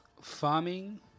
farming